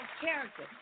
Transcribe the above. character